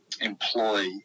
employ